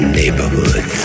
neighborhood